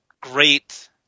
great